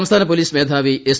സംസ്ഥാന പൊലീസ് മേധാവി എസ്